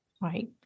Right